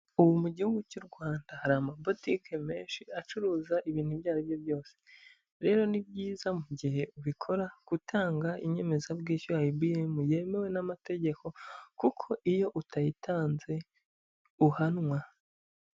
Ubu mu gihugu cy'u Rwanda hari amabotike menshi acuruza ibintu ibyo ari byo byose. Rero ni byiza mu gihe ubikora, gutanga inyemezabwishyu EBM yemewe n'amategeko, kuko iyo utayitanze uhanwa.